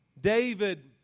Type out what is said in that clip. David